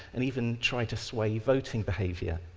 and even try to sway voting behaviour.